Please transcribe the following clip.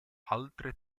altre